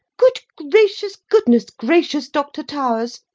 good gracious, goodness gracious, doctor towers!